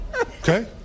okay